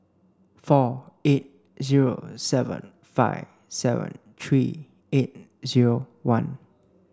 four eight zero seven five seven three eight zero one